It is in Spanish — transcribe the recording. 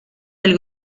del